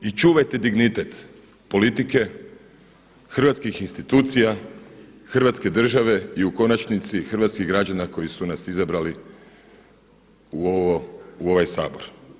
I čuvajte dignitet politike, hrvatskih institucija, Hrvatske države i u konačnici hrvatskih građana koji su nas izabrali u ovaj Sabor.